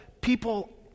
people